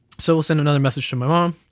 so we'll send another message to my mom.